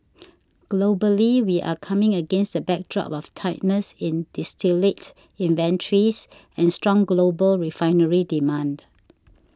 globally we're coming against the backdrop of tightness in distillate inventories and strong global refinery demand